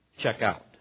checkout